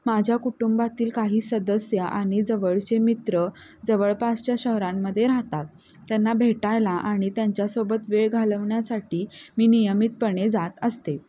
माझ्या कुटुंबातील काही सदस्य आणि जवळचे मित्र जवळपासच्या शहरांमध्ये राहतात त्यांना भेटायला आणि त्यांच्यासोबत वेळ घालवण्यासाठी मी नियमितपणे जात असते